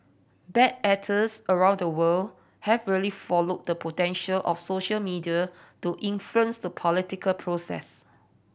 bad actors around the world have really followed the potential of social media to influence the political process